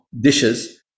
dishes